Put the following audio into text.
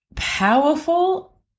Powerful